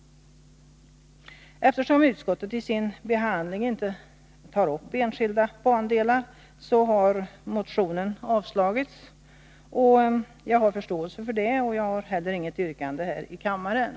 Eftersom utskottet i sin behandling inte tar upp enskilda bandelar, har motionen avstyrkts. Jag har förståelse för detta och har inte heller något yrkande här i kammaren.